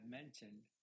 mentioned